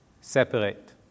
separate